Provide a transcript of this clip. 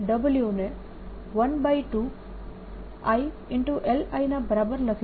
LI ના બરાબર લખી શકું છું જે 12I ϕ ના બરાબર છે